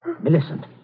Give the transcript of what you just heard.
Millicent